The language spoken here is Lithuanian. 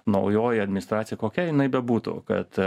naujoji administracija kokia jinai bebūtų kad